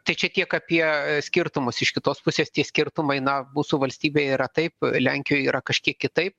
tai čia tiek apie skirtumus iš kitos pusės tie skirtumai na mūsų valstybėj yra taip lenkijoj yra kažkiek kitaip